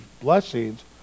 blessings